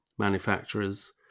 manufacturers